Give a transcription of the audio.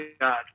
God